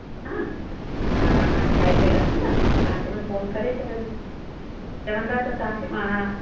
हा हा हा मां ठाहे करे रखंदम तव्हांखे मां फोन करे छॾंदमि चवंदा त तव्हांखे हा